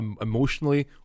emotionally